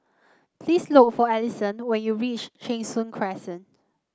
please look for Allyson when you reach Cheng Soon Crescent